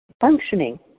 functioning